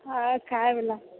अऽ खायबला